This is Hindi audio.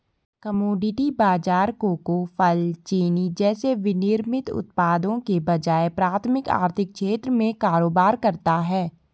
कमोडिटी बाजार कोको, फल, चीनी जैसे विनिर्मित उत्पादों के बजाय प्राथमिक आर्थिक क्षेत्र में कारोबार करता है